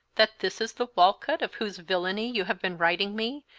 that this is the walcott of whose villany you have been writing me,